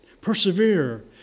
Persevere